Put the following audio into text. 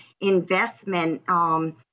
investment